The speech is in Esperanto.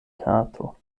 kato